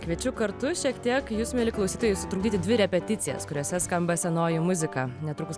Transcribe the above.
kviečiu kartu šiek tiek jus mieli klausytojai sutrukdyti dvi repeticijas kuriose skamba senoji muzika netrukus